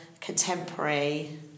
contemporary